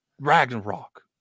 Ragnarok